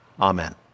Amen